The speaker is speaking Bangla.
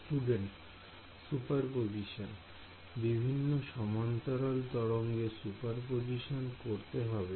Student সুপারপজিশন বিভিন্ন সমন্তরাল তরঙ্গের সুপারপজিশন করতে হবে